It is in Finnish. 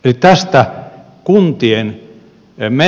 eli tästä kuntien emme